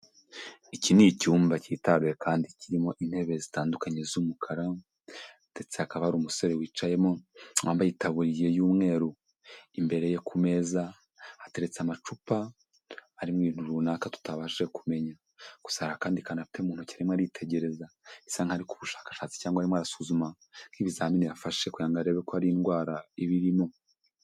Iki ni icyumba cyitaruye kandi kirimo intebe zitandukanye z'umukara, ndetse hakaba hari umusore wicayemo wambaye itaburiye y'umweru, imbereye ku meza hateretse amacupa arimo ibintu runaka tutabasha kumenya. Gusa hari akandi kantu afite mu ntoki arimo aritegereza, bisa nk'aho ari gukora ubushakashatsi cyangwa arimo arasuzuma nk'ibizamini yafashe kugira ngo arebe ko hari indwara ibirimo.